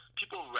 people